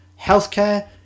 healthcare